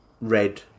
red